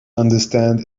understand